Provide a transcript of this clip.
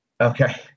Okay